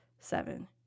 Seven